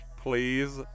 please